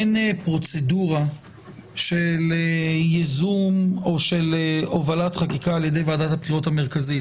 אין פרוצדורה של ייזום או הובלת חקיקה על ידי ועדת הבחירות המרכזית.